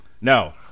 No